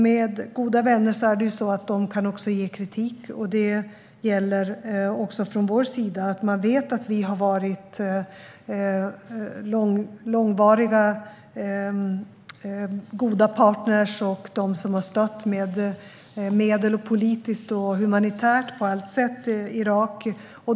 Med goda vänner är det så att de också kan ge kritik, och det gäller också från vår sida. Man vet att vi har varit en långvarig och god partner som på alla sätt har stött Irak med medel och politiskt och humanitärt.